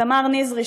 תמר נזרי,